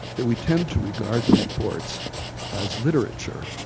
that we tend to regard the reports as literature,